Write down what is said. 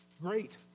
great